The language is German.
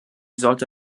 sollte